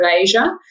Asia